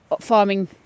farming